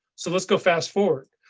so let's go fast forward.